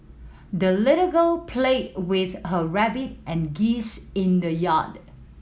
the little girl played with her rabbit and geese in the yard